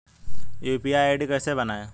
UPI ID कैसे बनाएं?